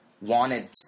wanted